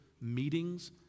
meetings